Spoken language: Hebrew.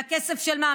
מהכסף של מה?